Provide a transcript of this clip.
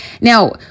Now